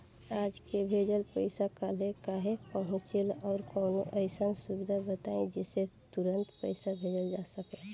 आज के भेजल पैसा कालहे काहे पहुचेला और कौनों अइसन सुविधा बताई जेसे तुरंते पैसा भेजल जा सके?